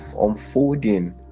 unfolding